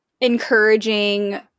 encouraging